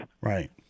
Right